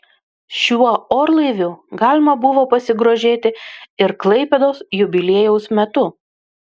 šiuo orlaiviu galima buvo pasigrožėti ir klaipėdos jubiliejaus metu